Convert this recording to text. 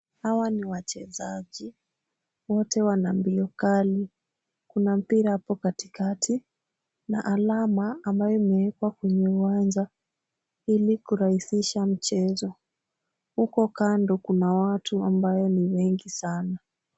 Hawa ni wachezaji, wote wana mbio kali. Kuna mpira hapo katikati na alama ambayo imewekwa kwenye uwanja ili kurahisisha mchezo. Huko kando kuna watu ambao ni wengi sana.